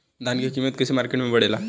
धान क कीमत कईसे मार्केट में बड़ेला?